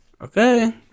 okay